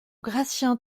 gratien